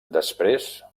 després